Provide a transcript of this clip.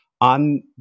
On